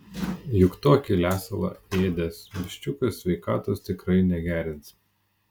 juk tokį lesalą ėdęs viščiukas sveikatos tikrai negerins